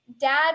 dad